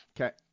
Okay